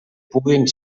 puguin